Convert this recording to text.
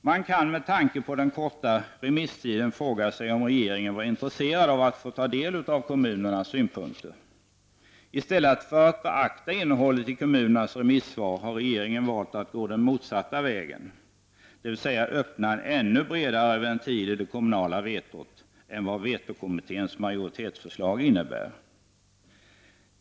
Man kan med tanke på den korta remisstiden fråga sig om regeringen var intresserad av att få ta del av kommunernas synpunkter. I stället för att beakta innehållet i kommunernas remissvar har regeringen valt att gå den motsatta vägen, dvs. att öppna en ännu bredare ventil i det kommunala vetot än vad vetokommitténs majoritetsförslag innebär.